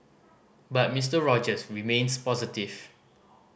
but Mister Rogers remains positive